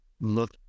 look